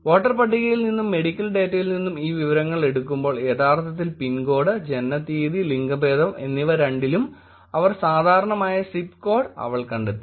voter പട്ടികയിൽ നിന്നും medical ഡാറ്റയിൽ നിന്നും ഈ വിവരങ്ങൾ എടുക്കുമ്പോൾ യഥാർത്ഥത്തിൽ പിൻ കോഡ് ജനനത്തീയതി ലിംഗഭേദം എന്നിവ രണ്ടിലും അവർ സാധാരണമായ സിപ് കോഡ് അവൾ കണ്ടെത്തി